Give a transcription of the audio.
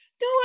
No